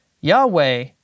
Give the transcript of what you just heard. Yahweh